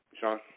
Sean